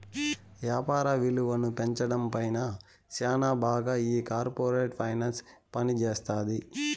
యాపార విలువను పెంచడం పైన శ్యానా బాగా ఈ కార్పోరేట్ ఫైనాన్స్ పనిజేత్తది